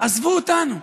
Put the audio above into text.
עזבו אותנו.